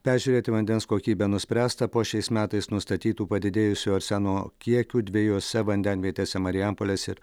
peržiūrėti vandens kokybę nuspręsta po šiais metais nustatytų padidėjusių arseno kiekių dviejose vandenvietėse marijampolės ir